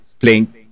playing